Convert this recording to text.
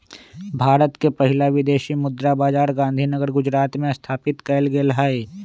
भारत के पहिला विदेशी मुद्रा बाजार गांधीनगर गुजरात में स्थापित कएल गेल हइ